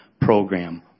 program